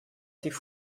sich